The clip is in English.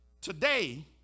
today